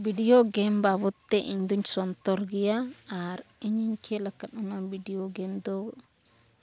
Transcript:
video game ᱵᱟᱵᱚᱫᱼᱛᱮ ᱤᱧᱫᱚᱧ ᱥᱚᱱᱛᱚᱨ ᱜᱮᱭᱟ ᱟᱨ ᱤᱧᱤᱧ ᱠᱷᱮᱞ ᱟᱠᱟᱫ ᱚᱱᱟ ᱵᱷᱤᱰᱤᱭᱳ ᱜᱮᱢ ᱫᱚ